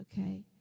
Okay